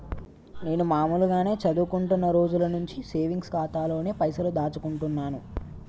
నేను మామూలుగానే చదువుకుంటున్న రోజుల నుంచి సేవింగ్స్ ఖాతాలోనే పైసలు దాచుకుంటున్నాను